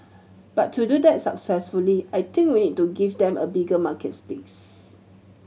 but to do that successfully I think we need to give them a bigger market space